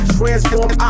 transform